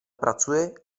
pracuje